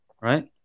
Right